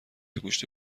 گوشت